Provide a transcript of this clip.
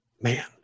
man